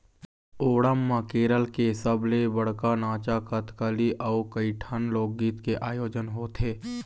ओणम म केरल के सबले बड़का नाचा कथकली अउ कइठन लोकगीत के आयोजन होथे